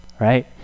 right